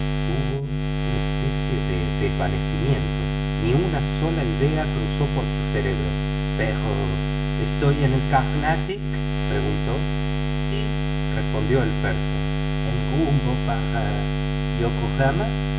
tuvo una especie de desvanecimiento ni una sola idea cruzó por su cerebro pero estoy en el carnatic preguntó sí respondió el purser en rumbo para yokohama